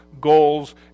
goals